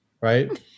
right